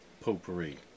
potpourri